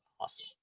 awesome